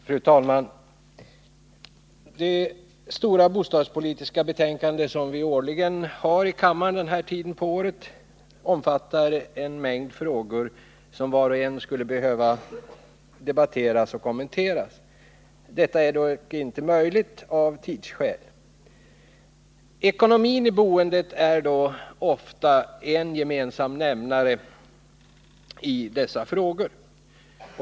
Fru talman! Det stora bostadspolitiska betänkande som vi årligen har uppe till behandling i kammaren vid den här tiden på året omfattar en mängd frågor, som var och en skulle behöva debatteras och kommenteras. Detta är dock av tidsskäl inte möjligt. Ekonomin i boendet är emellertid ofta en gemensam nämnare i dessa frågor.